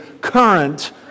current